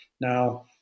Now